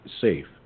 safe